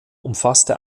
umfasste